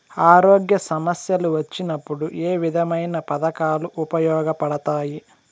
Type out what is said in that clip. ఆరోగ్య సమస్యలు వచ్చినప్పుడు ఏ విధమైన పథకాలు ఉపయోగపడతాయి